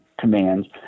commands